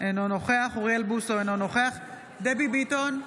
אינו נוכח אוריאל בוסו, אינו נוכח דבי ביטון,